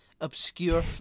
obscure